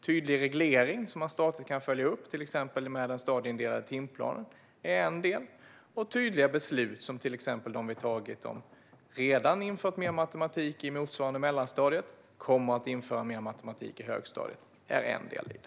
Tydlig reglering, som man statligt kan följa upp, till exempel med den stadieindelade timplanen, är en annan del. Tydliga beslut, till exempel att vi redan har infört mer matematik i motsvarande mellanstadiet och kommer att införa mer matematik i högstadiet, är en tredje del.